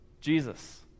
Jesus